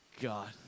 God